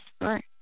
Right